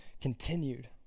continued